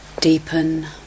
deepen